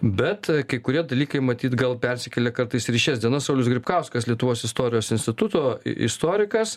bet kai kurie dalykai matyt gal persikėlė kartais ir į šias dienas saulius grybkauskas lietuvos istorijos instituto istorikas